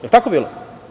Jel tako bilo?